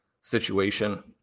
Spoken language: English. situation